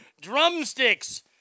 drumsticks